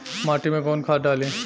माटी में कोउन खाद डाली?